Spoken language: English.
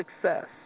success